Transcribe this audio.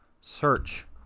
Search